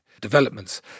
Developments